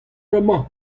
emañ